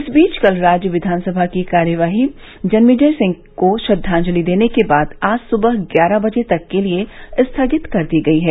इस बीच कल राज्य विधानसभा की कार्यवाही जन्मेजय सिंह को श्रद्वाजंलि देने के बाद आज सुबह ग्यारह बजे तक के लिये स्थगित कर दी गई है